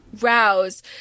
rouse